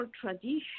tradition